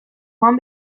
joan